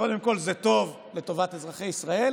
קודם כול זה טוב לטובת אזרחי ישראל.